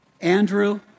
Andrew